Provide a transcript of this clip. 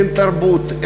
אין תרבות,